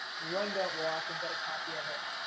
run, don't walk, and get a copy of it.